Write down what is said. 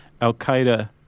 Al-Qaeda